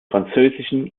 französischen